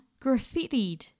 graffitied